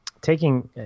taking